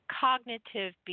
cognitive